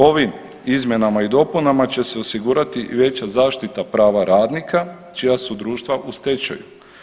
Ovim izmjenama i dopunama će se osigurati i veća zaštita prava radnika čija su društva u stečaju.